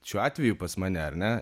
šiuo atveju pas mane ar ne